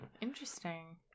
Interesting